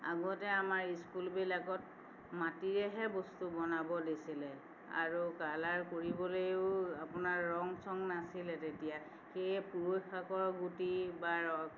আগতে আমাৰ স্কুলবিলাকত মাটিৰেহে বস্তু বনাব দিছিলে আৰু কালাৰ কৰিবলৈও আপোনাৰ ৰং চং নাছিলে তেতিয়া সেয়ে পুৰৈশাকৰ গুটি বা ৰস